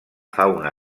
fauna